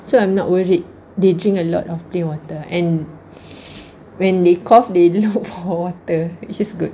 so I'm not worried they drink a lot of plain water and when they cough they look for water which is good